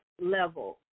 level